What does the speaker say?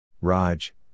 Raj